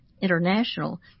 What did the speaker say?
international